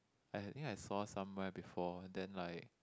I think I saw somewhere before then like